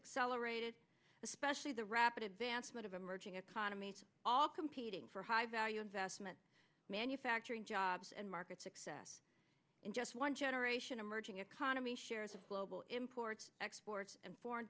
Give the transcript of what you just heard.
accelerated especially the rapid advancement of emerging economies all competing for high value investment manufacturing jobs and market success in just one generation emerging economy shares of global imports exports and foreign